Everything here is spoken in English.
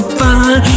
fine